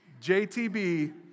JTB